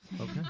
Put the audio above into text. Okay